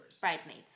*Bridesmaids*